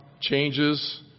changes